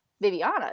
Viviana